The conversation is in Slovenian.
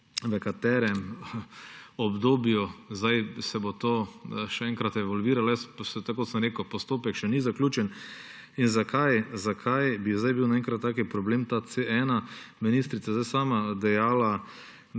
V katerem obdobju se bo to še enkrat evalviralo? Tako kot sem rekel, postopek še ni zaključen in zakaj bi zdaj bil naenkrat takšen problem ta C1. Ministrica je zdaj sama dejala,